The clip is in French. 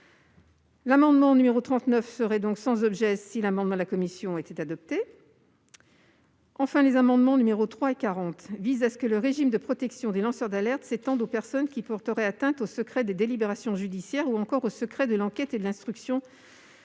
l'amendement n° 39, celui-ci deviendrait sans objet si l'amendement n° 94 de la commission était adopté. Enfin, les amendements n 3 et 40 visent à étendre le régime de protection des lanceurs d'alerte aux personnes qui porteraient atteinte au secret des délibérations judiciaires ou encore au secret de l'enquête et de l'instruction.